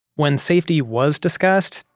when safety was discussed,